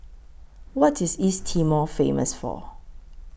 What IS East Timor Famous For